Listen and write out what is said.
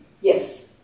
Yes